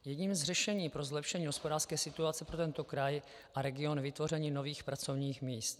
Jedním z řešení pro zlepšení hospodářské situace pro tento kraj a region je vytvoření nových pracovních míst.